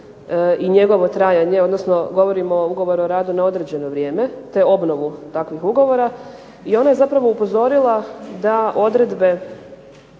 i njegovo trajanje, odnosno govorim o ugovoru o radu na određeno vrijeme te obnovu takvih ugovora i ona je zapravo upozorila na odredbe